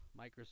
Microsoft